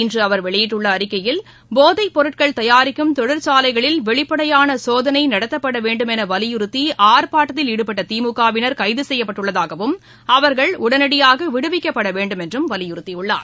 இன்ற அவர் வெளியிட்டுள்ள அறிக்கையில் போதைப் பொருட்கள் தயாரிக்கும் தொழிற்சாலைகளில் வெளிப்படையான சோதனை நடத்தப்பட வேண்டும் என வலியுறுத்தி ஆர்ப்பாட்டத்தில் ஈடுபட்ட திமுகவினர் கைது செய்யப்பட்டுள்ளதாகவும் அவர்கள் உடனடியாக விடுவிக்க வேண்டும் என்றும் வலியுறுத்தியுள்ளார்